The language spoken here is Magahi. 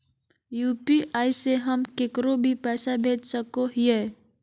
यू.पी.आई से हम केकरो भी पैसा भेज सको हियै?